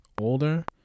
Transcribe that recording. older